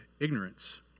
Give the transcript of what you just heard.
ignorance